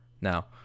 now